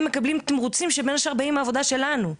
הם מקבלים תמרוצים שבין השאר באים מהעבודה שלנו.